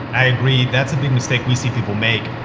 i agree, that's a big mistake we see people make.